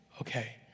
okay